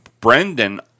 Brendan